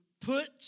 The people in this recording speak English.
put